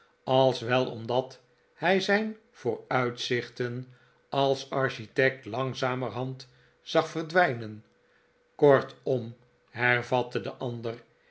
als wel omdat hij zijn vooruitzichten als architect langzamerhand zag verdwijnen kortom hervatte de ander